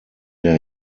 der